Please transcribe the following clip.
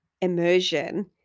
immersion